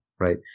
Right